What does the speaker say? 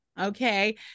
okay